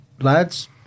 lads